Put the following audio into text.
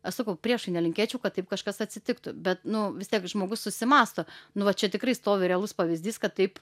aš sakau priešui nelinkėčiau kad taip kažkas atsitiktų bet nu vis tiek žmogus susimąsto nu va čia tikrai stovi realus pavyzdys kad taip